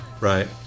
Right